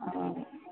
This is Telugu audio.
ఆ